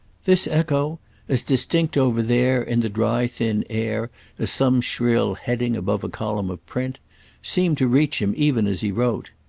this echo as distinct over there in the dry thin air as some shrill heading above a column of print seemed to reach him even as he wrote.